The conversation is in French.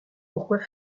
pourquoi